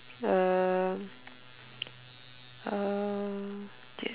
um uh just